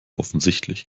offensichtlich